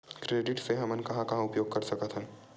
Credit के हमन कहां कहा उपयोग कर सकत हन?